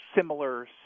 similar